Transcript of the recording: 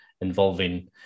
involving